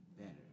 better